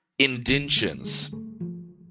indentions